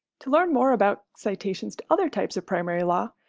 to learn more about citations to other types of primary law,